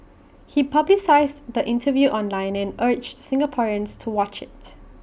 he publicised the interview online and urged Singaporeans to watch its